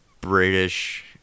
British